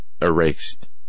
erased